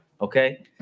Okay